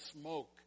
smoke